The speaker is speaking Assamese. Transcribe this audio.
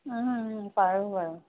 পাৰোঁ বাৰু